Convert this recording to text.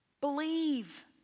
Believe